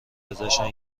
ازشان